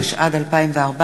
התשע"ד 2014,